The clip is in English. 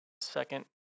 second